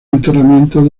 enterramiento